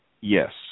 yes